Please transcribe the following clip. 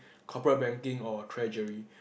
corporate banking or treasury